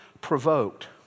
provoked